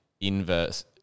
inverse